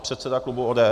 Předseda klubu ODS.